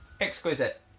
Exquisite